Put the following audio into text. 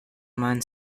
man